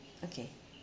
okay